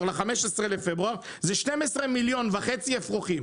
ל-15 בפברואר היא 12,500,000 אפרוחים.